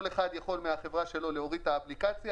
כל אחד יכול בחברה שלו להוריד את האפליקציה,